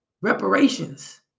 reparations